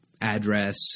address